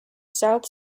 south